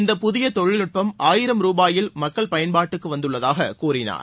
இந்த புதிய தொழில்நுட்பம் ஆயிரம் ரூபாயில் மக்கள் பயன்பாட்டுக்கு வந்துள்ளதாகக் கூறினார்